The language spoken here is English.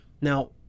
Now